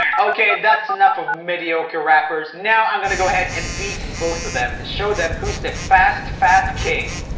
um okay, that's enough of mediocre rappers. now i'm gonna go ahead and beat both of them and show them who's the fast fap king